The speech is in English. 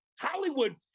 Hollywood